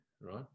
right